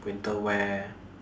winter wear